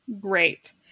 great